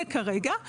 זה כרגע,